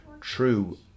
true